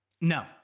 No